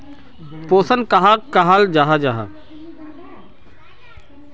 पोषण कहाक कहाल जाहा जाहा?